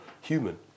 human